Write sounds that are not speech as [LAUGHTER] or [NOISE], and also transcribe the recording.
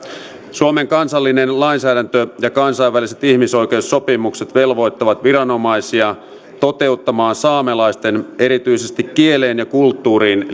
suomen kansallinen lainsäädäntö ja kansainväliset ihmisoikeussopimukset velvoittavat viranomaisia toteuttamaan saamelaisten erityisesti kieleen ja kulttuuriin [UNINTELLIGIBLE]